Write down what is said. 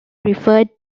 referred